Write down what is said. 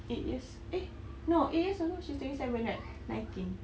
eight years eh no eight years ago she's twenty seven right nineteen